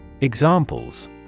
Examples